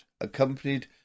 accompanied